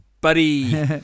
buddy